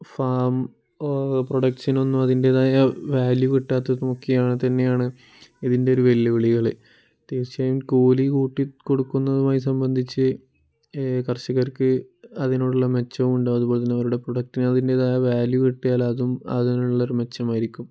farm പ്രൊഡക്ഷനൊന്നും അതിൻ്റേതായ value കിട്ടാത്തതുമൊക്കെയാണ് തന്നെയാണ് ഇതിൻ്റെയൊരു വെല്ലുവിളികൾ തീർച്ചയായും കൂലി കൂട്ടിക്കൊടുക്കുന്നതുമായി സംബന്ധിച്ച് കർഷകർക്ക് അതിനുള്ള മെച്ചമുണ്ടോ അതുപോലെത്തന്നെ അവരുടെ പ്രൊഡക്റ്റിന് അതിൻ്റേതായ വാല്യൂ കിട്ടിയാലതും അതിനുള്ളൊരു മെച്ചമായിരിക്കും